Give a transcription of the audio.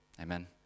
Amen